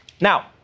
Now